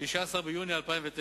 16 ביוני 2009,